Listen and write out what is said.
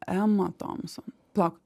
ema thomson palauk